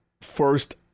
first